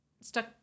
stuck